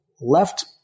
left